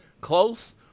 close